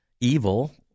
evil